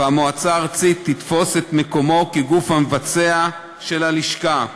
והמועצה הארצית תתפוס את מקומו כגוף המבצע של הלשכה.